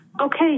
Okay